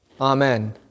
Amen